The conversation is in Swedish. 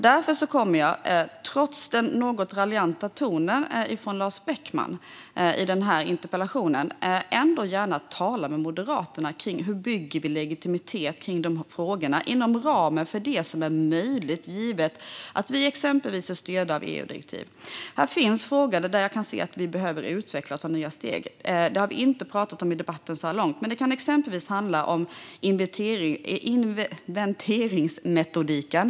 Därför kommer jag gärna, trots den något raljanta tonen från Lars Beckman i interpellationsdebatten, att tala med Moderaterna om hur vi bygger legitimitet i de här frågorna inom ramen för det som är givet, att vi exempelvis är styrda av EU-direktiv. Här finns frågor där jag kan se att vi behöver utveckla det hela och ta nya steg. Det har vi inte pratat om i debatten så här långt, men det kan exempelvis handla om inventeringsmetodiken.